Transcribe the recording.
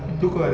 mm